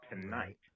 Tonight